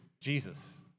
Jesus